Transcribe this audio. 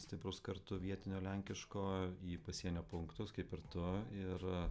stiprūs kartu vietinio lenkiško į pasienio punktus kaip ir tu ir